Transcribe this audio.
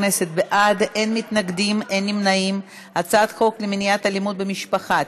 כעת נצביע על הצעת חוק למניעת אלימות במשפחה (תיקון,